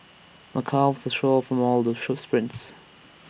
my calves are sore from all the shoes sprints